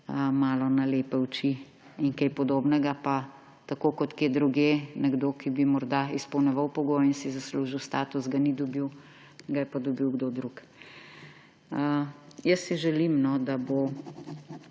malo na lepe oči in kaj podobnega pa tako kot kje drugje; nekdo, ki bi morda izpolnjeval pogoje in si zaslužil status, ga ni dobil, ga je pa dobil kdo drug. Želim si, da bo